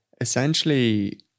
essentially